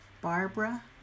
Barbara